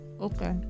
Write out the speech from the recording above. Okay